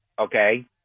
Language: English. Okay